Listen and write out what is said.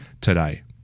today